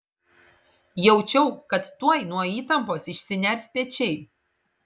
jaučiau kad tuoj nuo įtampos išsiners pečiai